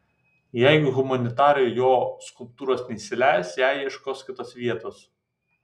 jeigu humanitarai jo skulptūros neįsileis jai ieškos kitos vietos